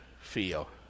feel